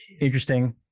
interesting